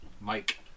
Mike